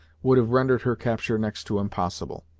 would have rendered her capture next to impossible,